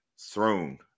throne